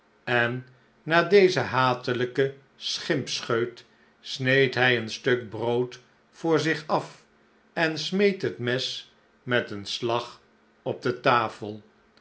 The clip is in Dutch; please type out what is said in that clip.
en na dezen hatelijken schimpscheut sneed hij een stuk brood voor zich af en smeet het mes met een slag op de tafel